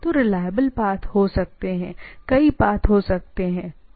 तो reliability path हो सकते हैं कई पाथ हो सकते हैं राइट